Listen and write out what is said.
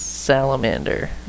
salamander